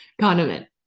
condiment